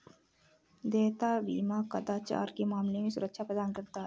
देयता बीमा कदाचार के मामले में सुरक्षा प्रदान करता है